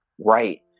Right